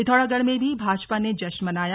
पिथौरागढ़ में भी भाजपा ने जश्न मनाया